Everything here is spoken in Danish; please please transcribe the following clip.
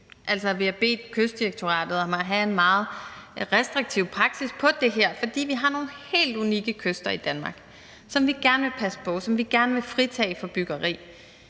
vi har bedt Kystdirektoratet om at have en meget restriktiv praksis i forhold til det her, fordi vi har nogle helt unikke kyster i Danmark, som vi gerne vil passe på, og som vi gerne vil fritage for byggeri,